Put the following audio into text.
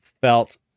felt